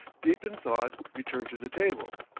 deep in thought, returned to the table.